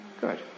Good